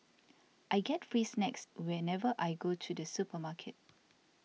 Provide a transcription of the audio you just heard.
I get free snacks whenever I go to the supermarket